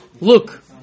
look